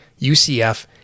UCF